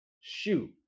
shoe